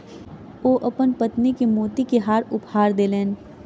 ओ अपन पत्नी के मोती के हार उपहार देलैन